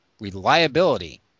Reliability